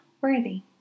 worthy